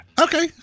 Okay